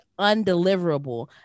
undeliverable